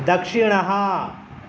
दक्षिणः